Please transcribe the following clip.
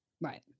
Right